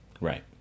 Right